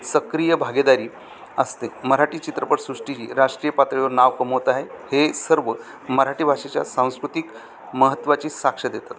सक्रिय भागीदारी असते मराठी चित्रपटसृष्टी ही राष्ट्रीय पातळीवर नाव कमावत आहे हे सर्व मराठी भाषेच्या सांस्कृतिक महत्त्वाची साक्ष देतात